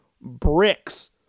bricks